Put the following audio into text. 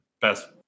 best